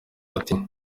ati